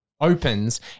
opens